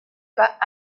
pas